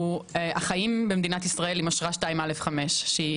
שהוא החיים במדינת ישראל עם אשרה 2א'5 שהיא